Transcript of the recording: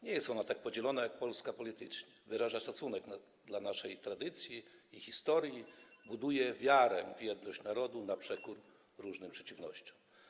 Nie jest ona tak podzielona jak Polska polityczna, wyraża szacunek dla naszej tradycji i historii, buduje wiarę w jedność narodu na przekór różnym przeciwnościom.